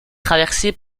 traversée